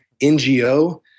NGO